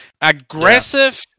Aggressive